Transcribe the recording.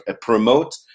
promote